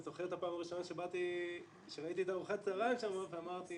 אני זוכר את הפעם הראשונה שראיתי את ארוחת הצוהריים שם ואמרתי,